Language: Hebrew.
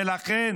ולכן